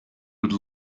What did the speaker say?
would